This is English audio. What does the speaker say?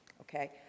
okay